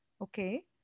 Okay